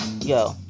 yo